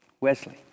Wesley